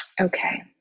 Okay